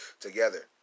together